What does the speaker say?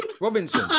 Robinson